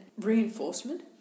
reinforcement